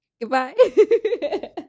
Goodbye